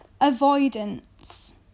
Avoidance